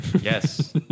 Yes